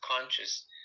conscious